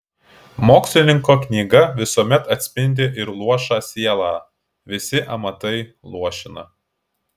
mokslininko knyga visuomet atspindi ir luošą sielą visi amatai luošina